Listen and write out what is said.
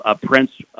Prince